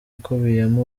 ikubiyemo